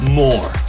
more